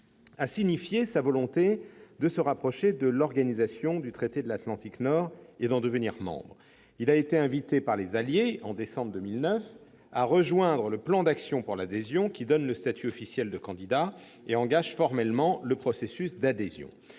a signifié sa volonté de se rapprocher de l'Organisation du traité de l'Atlantique Nord et d'en devenir membre. Il a été invité par les alliés, en décembre 2009, à rejoindre le plan d'action pour l'adhésion, qui donne le statut officiel de candidat et engage formellement le processus d'adhésion.